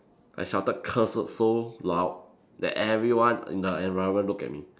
I shouted curse word so loud that everyone in the environment look at me